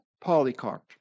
Polycarp